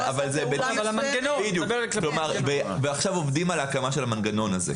צוהרונים, ועכשיו עובדים על ההקמה של המנגנון הזה.